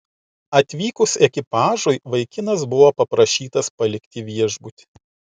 atvykus ekipažui vaikinas buvo paprašytas palikti viešbutį